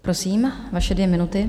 Prosím, vaše dvě minuty.